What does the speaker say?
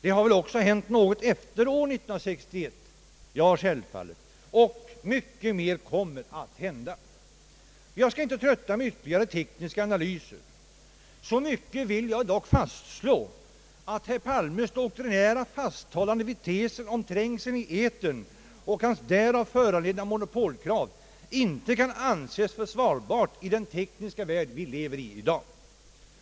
Det har väl också hänt något efter år 1961. Ja självfallet, och mycket mer kommer att hända. Men jag skall inte trötta med ytterligare tekniska analyser. Så mycket vill jag dock fastslå, att herr Palmes doktrinära fasthållande vid tesen om trängseln i etern och hans därav föranledda monopolkrav inte kan anses försvarbara i den tekniska värld vi lever i i dag.